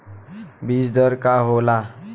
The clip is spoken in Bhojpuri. बीज दर का होला?